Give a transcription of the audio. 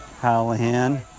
Hallahan